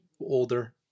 older